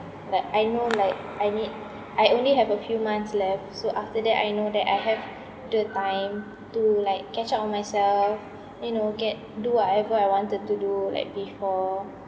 but I know like I need I only have a few months left so after that I know that I have the time to like catch up on myself you know get do whatever I wanted to do like before